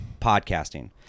podcasting